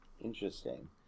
Interesting